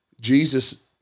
Jesus